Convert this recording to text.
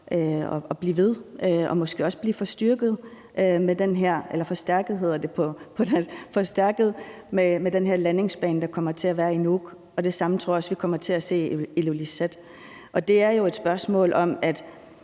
fortsætte og måske også blive forstærket med den landingsbane, man får i Nuuk, og det samme tror jeg også vi kommer til at se i Ilulissat. Det er jo et spørgsmål om, at